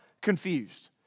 confused